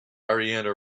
ariane